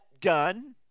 gun